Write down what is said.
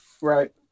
Right